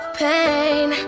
pain